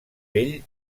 vell